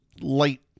light